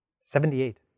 Seventy-eight